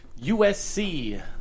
USC